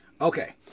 Okay